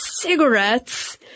cigarettes